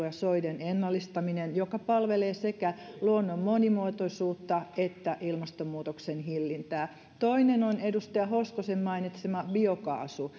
ja soiden ennallistaminen joka palvelee sekä luonnon monimuotoisuutta että ilmastonmuutoksen hillintää toinen on edustaja hoskosen mainitsema biokaasu